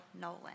Nolan